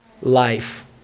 life